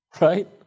right